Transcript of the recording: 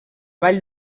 vall